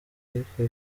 ariko